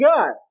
God